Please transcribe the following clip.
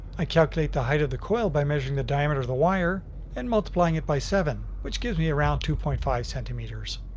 i calculate the height of the coil by measuring the diameter of the wire and multiplying it by seven, which gives me around two point five centimeters.